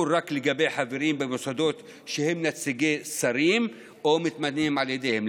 רק לגבי חברים במוסדות שהם נציגי שרים או מתמנים על ידיהם.